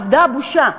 אבדה הבושה.